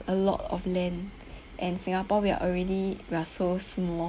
a lot of land and singapore we are already we are so small